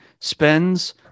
spends